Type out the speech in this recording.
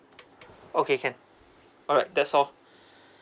okay can alright that's all